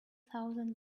thousand